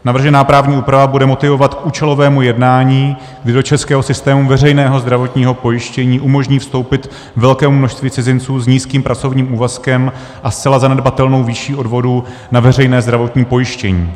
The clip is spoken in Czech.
Navržená právní úprava bude motivovat k účelovému jednání, kdy do českého systému veřejného zdravotního pojištění umožní vstoupit velkému množství cizinců s nízkým pracovním úvazkem a zcela zanedbatelnou výší odvodů na veřejné zdravotní pojištění.